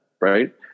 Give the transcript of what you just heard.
right